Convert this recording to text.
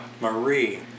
Marie